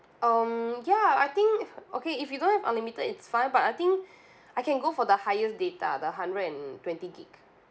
um ya I think if okay if you don't have unlimited it's fine but I think I can go for the highest data the hundred and twenty gig